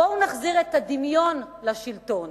בואו ונחזיר את הדמיון לשלטון